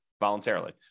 voluntarily